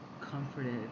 comforted